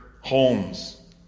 homes